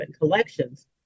collections